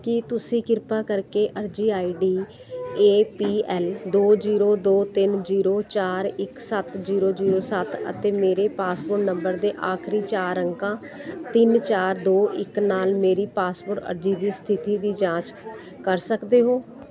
ਕੀ ਤੁਸੀਂ ਕਿਰਪਾ ਕਰਕੇ ਅਰਜੀ ਆਈਡੀ ਏ ਪੀ ਐਲ ਦੋ ਜੀਰੋ ਦੋ ਤਿੰਨ ਜੀਰੋ ਚਾਰ ਇੱਕ ਸੱਤ ਜੀਰੋ ਜੀਰੋ ਸੱਤ ਅਤੇ ਮੇਰੇ ਪਾਸਪੋਰਟ ਨੰਬਰ ਦੇ ਆਖਰੀ ਚਾਰ ਅੰਕਾਂ ਤਿੰਨ ਚਾਰ ਦੋ ਇੱਕ ਨਾਲ ਮੇਰੀ ਪਾਸਪੋਰਟ ਅਰਜੀ ਦੀ ਸਥਿਤੀ ਦੀ ਜਾਂਚ ਕਰ ਸਕਦੇ ਹੋ